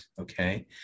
okay